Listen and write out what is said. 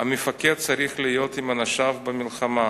"המפקד צריך להיות עם אנשיו במלחמה,